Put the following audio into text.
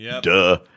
Duh